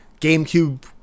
GameCube